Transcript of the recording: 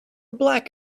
black